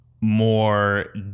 more